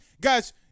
guys